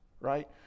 right